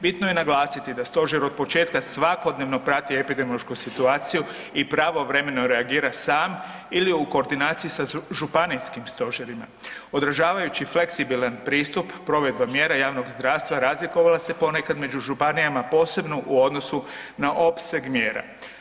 Bitno je naglasiti da stožer od početka svakodnevno prati epidemiološku situaciju i pravovremeno reagira sam ili u koordinaciji sa županijskim stožerima održavajući fleksibilan pristup provedbe javnog zdravstva, razlikovala se ponekad među županijama posebno u odnosu na opseg mjera.